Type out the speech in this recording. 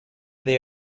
they